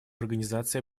организации